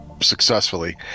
successfully